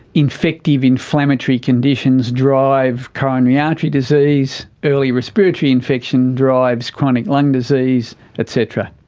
infective inflammatory conditions drive coronary artery disease, early respiratory infection drives chronic lung disease et cetera.